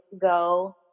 go